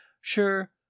Sure